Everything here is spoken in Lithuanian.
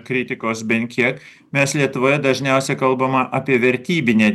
kritikos bent kiek mes lietuvoje dažniausiai kalbama apie vertybinę